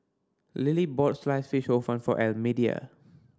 Lilie bought Sliced Fish Hor Fun for Almedia